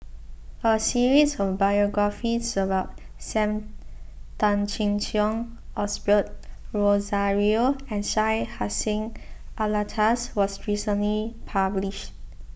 a series of biographies about Sam Tan Chin Siong Osbert Rozario and Syed Hussein Alatas was recently published